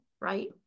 right